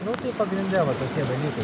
nu tai pagrinde vata šie dalykai